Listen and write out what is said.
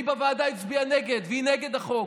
היא בוועדה הצביעה נגד והיא נגד החוק,